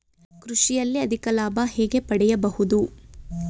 ಕೃಷಿಯಲ್ಲಿ ಅಧಿಕ ಲಾಭ ಹೇಗೆ ಪಡೆಯಬಹುದು?